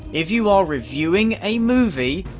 if you are reviewing a movie,